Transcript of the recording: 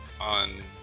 on